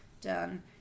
done